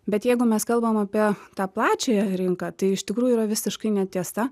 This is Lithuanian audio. bet jeigu mes kalbam apie tą plačiąją rinką tai iš tikrųjų yra visiškai netiesa